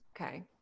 Okay